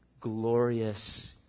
glorious